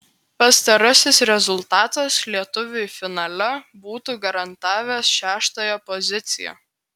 pastarasis rezultatas lietuviui finale būtų garantavęs šeštąją poziciją